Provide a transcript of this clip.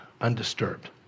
undisturbed